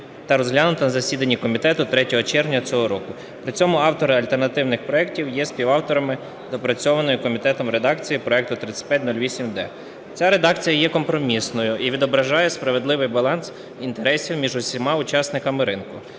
та розглянутий на засіданні комітету 3 червня цього року. При цьому автори альтернативних проектів є співавторами доопрацьованої комітетом редакції проекту 3508-д. Ця редакція є компромісною і відображає справедливий баланс інтересів між усіма учасниками ринку.